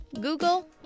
Google